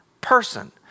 person